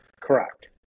Correct